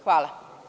Hvala.